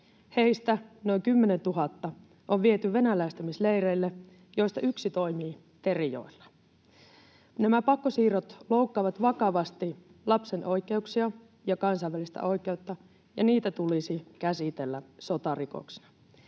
Heistä noin 10 000 on viety venäläistämisleireille, joista yksi toimii Terijoella. Nämä pakkosiirrot loukkaavat vakavasti lapsen oikeuksia ja kansainvälistä oikeutta, ja niitä tulisi käsitellä sotarikoksina.